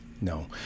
No